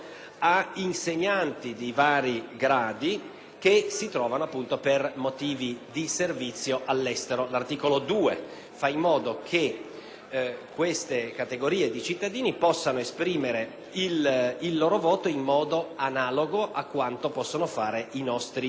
che si trovano per motivi di servizio all'estero. L'articolo 2 fa in modo che queste categorie di cittadini possano esprimere il loro voto in modo analogo a quanto possono fare i nostri connazionali che risiedono all'estero in via